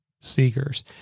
seekers